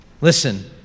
Listen